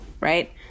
right